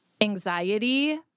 anxiety